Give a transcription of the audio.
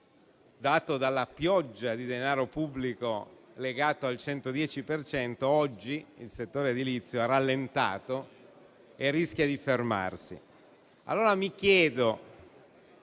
dato dalla pioggia di denaro pubblico legato al 110 per cento, oggi ha rallentato e rischia di fermarsi.